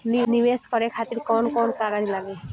नीवेश करे खातिर कवन कवन कागज लागि?